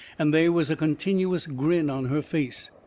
and they was a continuous grin on her face.